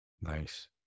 Nice